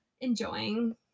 enjoying